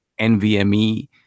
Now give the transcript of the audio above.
NVMe